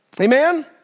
Amen